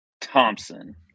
Thompson